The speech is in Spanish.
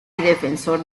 defensor